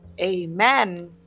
Amen